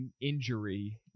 injury